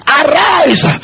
arise